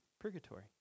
purgatory